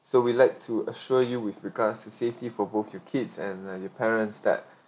so we'd like to assure you with regards to safety for both your kids and uh your parents that